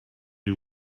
you